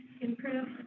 improve